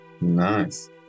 Nice